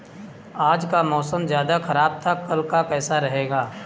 आज का मौसम ज्यादा ख़राब था कल का कैसा रहेगा?